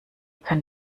kann